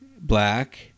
Black